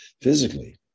physically